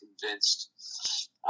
convinced